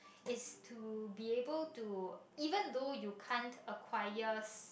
is to be able to even though you can't acquires